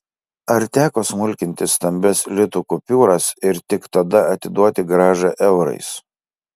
ar teko smulkinti stambias litų kupiūras ir tik tada atiduoti grąžą eurais